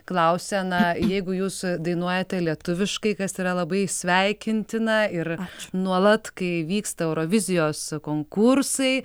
klausia na jeigu jūs dainuojate lietuviškai kas yra labai sveikintina ir nuolat kai vyksta eurovizijos konkursai